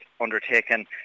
undertaken